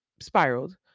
Spiraled